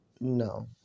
No